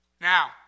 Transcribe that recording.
Now